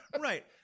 Right